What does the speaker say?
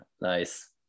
nice